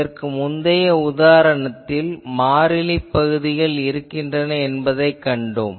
இதற்கு முந்தைய உதாரணத்தில் மாறிலிப் பகுதிகள் இருக்கின்றன என்பதைக் கண்டோம்